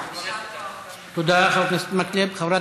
תודה, חבר הכנסת מקלב.